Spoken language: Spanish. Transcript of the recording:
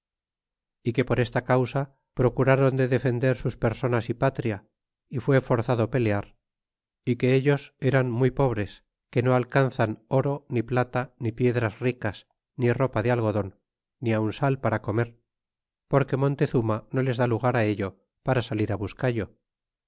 y que por esta causa procuraron de defender sus personas y patria y fué forzado pelear y que ellos eran muy pobres que no alcanzan oro ni plata ni piedras ricas ni ropa de algodon ni aun sal para comer porque montezuma no les da lugar ello para salir buscallo